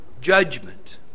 judgment